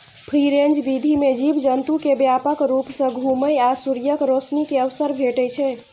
free range विधि मे जीव जंतु कें व्यापक रूप सं घुमै आ सूर्यक रोशनी के अवसर भेटै छै